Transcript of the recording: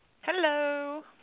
Hello